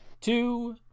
two